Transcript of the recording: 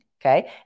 Okay